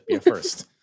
First